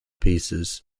pieces